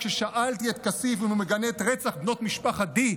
כששאלתי את כסיף אם הוא מגנה את רצח בנות משפחה די,